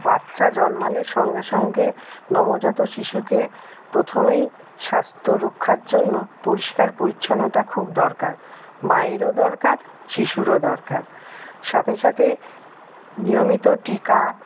বাচ্চা জন্মালে সঙ্গে সঙ্গে নবজাত শিশুকে প্রথমেই স্বাস্থ্য রক্ষার জন্য পরিষ্কার পরিচ্ছন্নতা খুব দরকার মায়েরও দরকার শিশুরও দরকার সাথে সাথে নিয়মিত টিকা